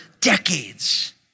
decades